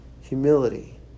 Humility